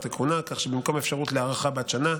הכהונה כך שבמקום אפשרות להארכה בת שנה,